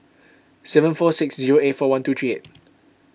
seven four six zero eight four one two three eight